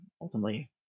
ultimately